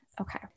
Okay